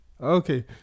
Okay